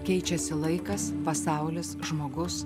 keičiasi laikas pasaulis žmogus